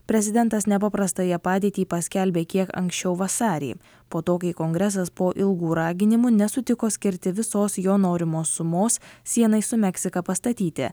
prezidentas nepaprastąją padėtį paskelbė kiek anksčiau vasarį po to kai kongresas po ilgų raginimų nesutiko skirti visos jo norimos sumos sienai su meksika pastatyti